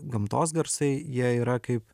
gamtos garsai jie yra kaip